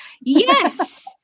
yes